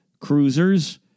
cruisers